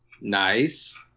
Nice